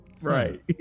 right